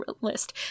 list